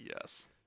yes